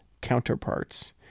counterparts